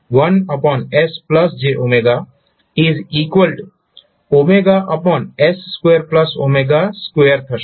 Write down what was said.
તો આનું Laplace 12j1s jw 1sjwws2w2 થશે